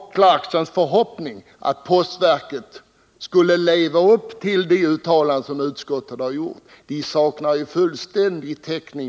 Rolf Clarksons förhoppning att postverket skall leva upp till de uttalanden som utskottet har gjort saknar därför fullständigt täckning.